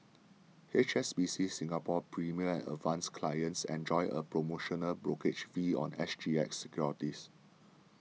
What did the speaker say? H S B C Singapore's Premier and Advance clients enjoy a promotional brokerage fee on S G X securities